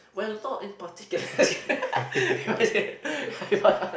well not in particular